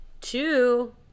two